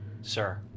Sir